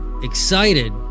excited